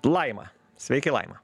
laima sveiki laima